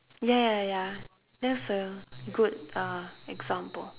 ya ya ya that's a good uh example